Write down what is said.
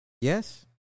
yes